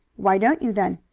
why don't you then?